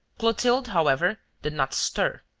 clotilde, however, did not stir,